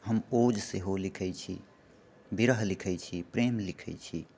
हम ओज सेहो लिखैत छी विरह लिखैत छी प्रेम लिखैत छी